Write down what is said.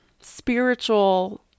spiritual